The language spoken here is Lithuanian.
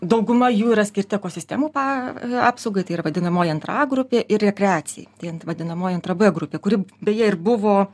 dauguma jų yra skirti ekosistemų pa apsaugai tai yra vadinamoji antra a grupė ir rekreacijai tai ant vadinamoji antra b grupė kuri beje ir buvo